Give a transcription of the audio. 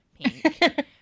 pink